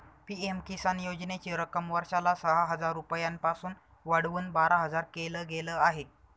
PM Kisan योजनेची रक्कम वर्षाला सहा हजार रुपयांपासून वाढवून बारा हजार केल गेलं आहे